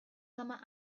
summer